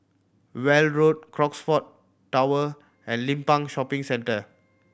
Weld Road Crockfords Tower and Limbang Shopping Centre